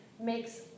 makes